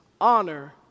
honor